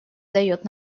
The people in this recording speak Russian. дает